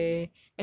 ya ya really